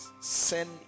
send